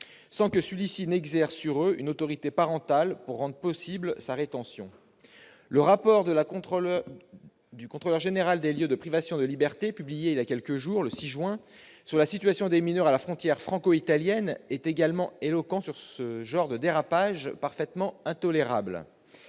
sans que celui-ci exerce sur eux une autorité parentale. Il s'agit de rendre possible leur rétention. Le rapport de la Contrôleur général des lieux de privation de liberté, publié il y a quelques jours, le 6 juin, sur la situation des mineurs à la frontière franco-italienne est également éloquent sur ce genre de dérapages parfaitement intolérables